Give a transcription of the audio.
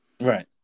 right